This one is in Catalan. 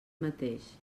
mateix